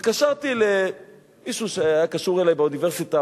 התקשרתי למישהו שהיה קשור אלי באוניברסיטה,